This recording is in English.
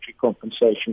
compensation